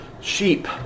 sheep